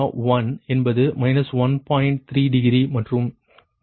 3 degree மற்றும் ∆3 என்பது 0